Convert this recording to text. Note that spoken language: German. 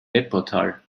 webportal